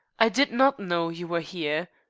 i did not know you were here.